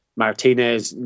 Martinez